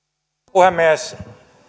puhemies